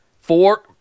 four